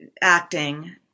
acting